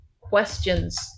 questions